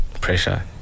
pressure